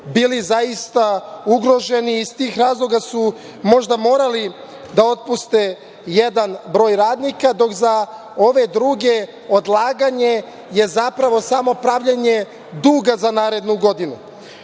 bili zaista ugroženi i iz tih razloga su možda morali da otpuste jedan broj radnika, dok za ove druge odlaganje je zapravo samo pravljenje duga za narednu godinu. Vi